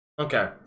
Okay